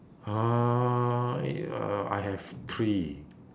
uh I have three